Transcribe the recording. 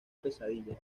pesadilla